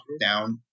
down